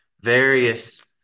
various